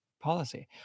policy